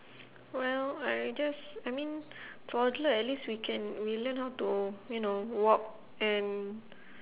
well I just I mean toddler at least we can we learn how to you know walk and